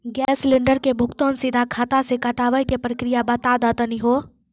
Gas cylinder के भुगतान सीधा खाता से कटावे के प्रक्रिया बता दा तनी हो?